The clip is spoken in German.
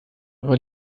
war